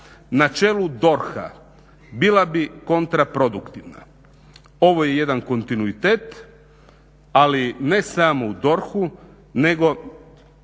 na čelu DORH-a bila bi kontraproduktivna. Ovo je jedan kontinuitet ali ne samo u DORH-u nego